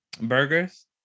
burgers